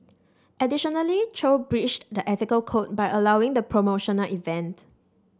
additionally Chow breached the ethical code by allowing the promotional event